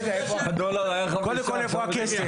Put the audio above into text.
רגע קודם כל איפה הכסף?